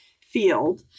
field